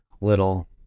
little